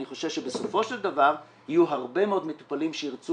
אני חושש שבסופו של דבר יהיו הרבה מאוד מטופלים שירצו